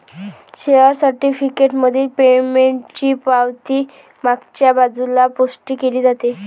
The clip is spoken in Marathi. शेअर सर्टिफिकेट मधील पेमेंटची पावती मागच्या बाजूला पुष्टी केली जाते